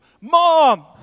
mom